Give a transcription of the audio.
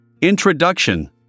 Introduction